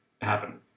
happen